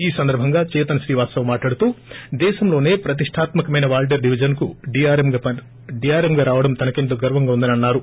ఈ సందర్బంగా చేతన్ శ్రీవాస్తవ్ మాట్లాడుతూ దేశంలోనే ప్రతిష్టాత్కకమైన వాల్తేర్ డివిజన్ కు డిఆర్ఎమ్ గా రావడం తనకెంతో గర్వంగా ఉందని అన్నారు